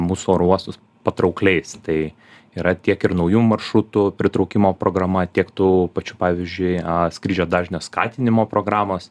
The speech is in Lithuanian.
mūsų oro uostus patraukliais tai yra tiek ir naujų maršrutų pritraukimo programa tiek tų pačių pavyzdžiui skrydžių dažnio skatinimo programos